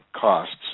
costs